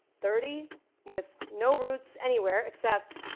thirty with no roots anywhere except